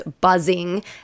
buzzing